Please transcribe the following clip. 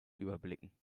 überblicken